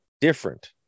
different